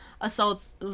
assaults